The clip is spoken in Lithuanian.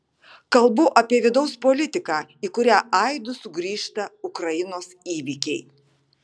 kalbu apie vidaus politiką į kurią aidu sugrįžta ukrainos įvykiai